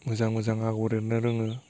मोजां मोजां आगर एरनो रोङो